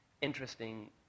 interesting